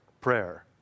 prayer